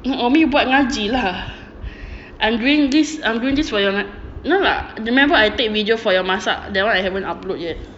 umi buat ngaji lah I'm doing this I'm doing this for your ngaji no lah remember I take video for your masak that one I haven't upload yet